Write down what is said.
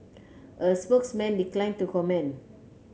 a spokesman declined to comment